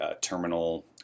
terminal